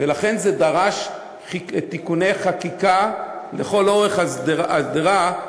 ולכן זה דרש תיקוני חקיקה לכל אורך השדרה,